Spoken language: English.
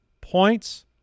points